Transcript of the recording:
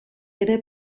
ere